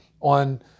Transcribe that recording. on